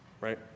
right